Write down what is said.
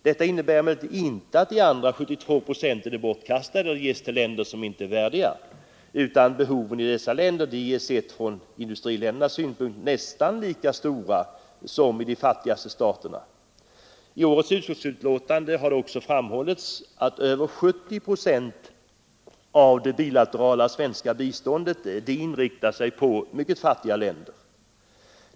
Detta innebär emellertid inte att de andra 72 procenten är bortkastade eller ges till länder som inte är värdiga; behovet i dessa länder är sett från industri ländernas synpunkt nästan lika stort som i de fattigaste staterna. I årets utskottsbetänkande har också framhållits att över 70 procent av det bilaterala svenska biståndet inriktar sig på mycket fattiga länder.